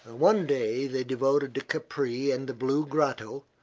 one day they devoted to capri and the blue grotto,